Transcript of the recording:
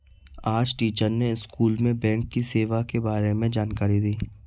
आज टीचर ने स्कूल में बैंक की सेवा के बारे में जानकारी दी